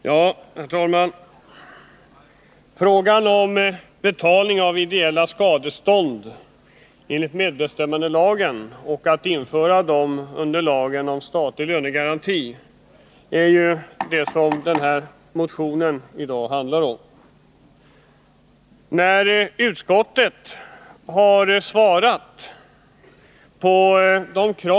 Herr talman! Frågan om betalning av ideella skadestånd enligt medbestämmandelagen och om de skall omfattas av lagen om statlig lönegaranti är det som vår motion handlar om.